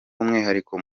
umwihariko